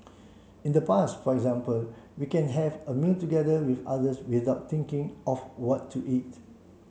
in the past for example we can have a meal together with others without thinking of what to eat